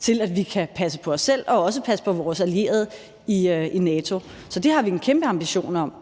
til at vi kan passe på os selv og også passe på vores allierede i NATO. Så det har vi en kæmpe ambition om.